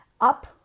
up